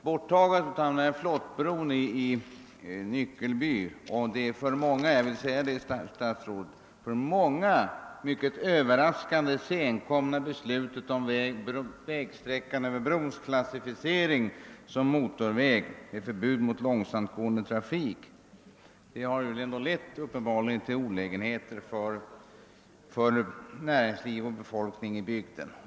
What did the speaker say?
Borttagandet av flottbron vid Nyckelby och det senkomna och för många mycket överraskande beslutet om klassificering av vägsträckan över bron som motorväg med förbud för långsamtgående trafik innebär uppenbarligen olägenheter för näringsliv och befolkning i bygden.